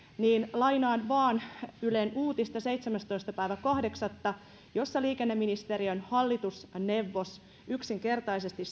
lainaan vain ylen uutista seitsemästoista kahdeksatta jossa liikenneministeriön hallitusneuvos yksinkertaisesti